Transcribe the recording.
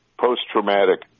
post-traumatic